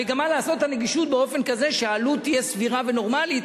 המגמה לעשות את הנגישות באופן כזה שהעלות תהיה סבירה ונורמלית,